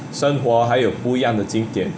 生活还有不一样的经典